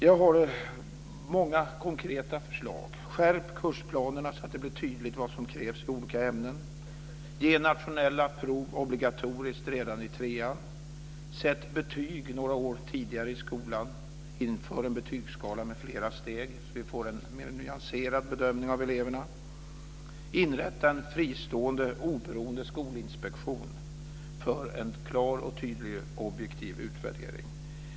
Jag har många konkreta förslag. Skärp kursplanerna så att det blir tydligt vad som krävs i olika ämnen. Ge nationella prov obligatoriskt redan i trean. Sätt betyg några år tidigare i skolan. Inför en betygsskala med flera steg så att vi får en mer nyanserad bedömning av eleverna. Inrätta en fristående, oberoende skolinspektion för en klar och tydlig objektiv utvärdering.